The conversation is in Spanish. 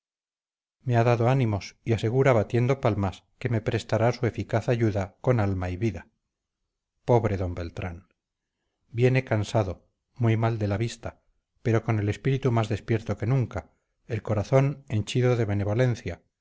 me ha dado ánimos y asegura batiendo palmas que me prestará su eficaz ayuda con alma y vida pobre d beltrán viene cansado muy mal de la vista pero con el espíritu más despierto que nunca el corazón henchido de benevolencia